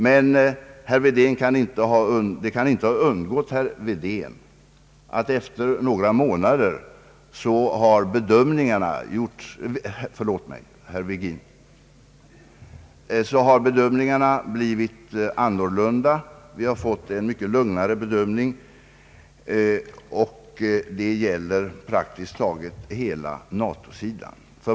Men det kan inte ha undgått herr Virgin att bedömningarna blivit annorlunda efter några månader. Vi har fått en mycket lugnare bedömning, och det gäller praktiskt taget hela NATO-sidan.